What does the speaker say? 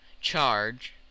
charge